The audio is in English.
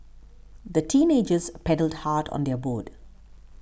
the teenagers paddled hard on their boat